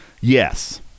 Yes